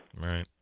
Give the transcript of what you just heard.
Right